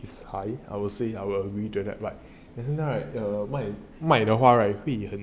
is high I will say I will admit to that part actually now right my 卖的话 right